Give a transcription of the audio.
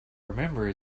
remember